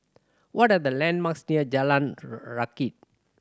what are the landmarks near Jalan Rakit